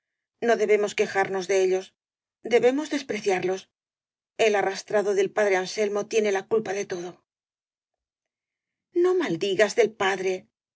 no debemos que jarnos de ellos debemos despreciarlos el arras trado del padre anselmo tiene la culpa de todo no maldigas del padre replicó